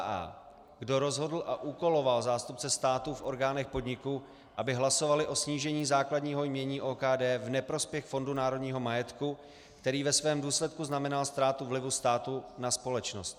a) kdo rozhodl a úkoloval zástupce státu v orgánech podniku, aby hlasovali o snížení základního jmění OKD v neprospěch Fondu národního majetku, který ve svém důsledku znamenal ztrátu vlivu státu na společnost,